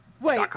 wait